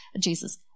Jesus